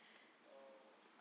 oh